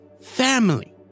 family